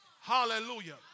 Hallelujah